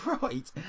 Right